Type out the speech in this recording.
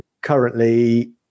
currently